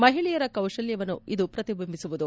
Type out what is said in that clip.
ಮಹಿಳೆಯರ ಕೌಶಲವನ್ನು ಇದು ಪ್ರತಿಬಿಂಬಿಸುವುದು